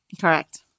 Correct